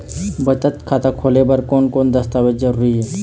बचत खाता खोले बर कोन कोन दस्तावेज जरूरी हे?